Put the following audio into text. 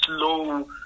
slow